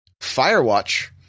Firewatch